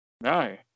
No